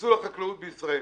לחיסול החקלאות בישראל.